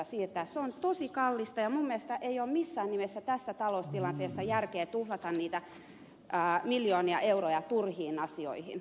se on tosi kallista ja minun mielestäni ei ole missään nimessä tässä taloustilanteessa järkeä tuhlata niitä miljoonia euroja turhiin asioihin